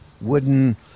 wooden